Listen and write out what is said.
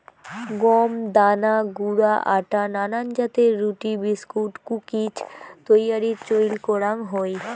গম দানা গুঁড়া আটা নানান জাতের রুটি, বিস্কুট, কুকিজ তৈয়ারীত চইল করাং হই